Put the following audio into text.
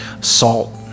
salt